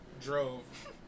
drove